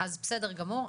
אז בסדר גמור,